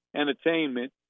entertainment